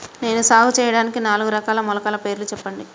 నేను సాగు చేయటానికి నాలుగు రకాల మొలకల పేర్లు చెప్పండి?